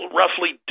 roughly